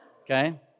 Okay